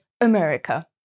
America